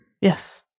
yes